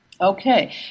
Okay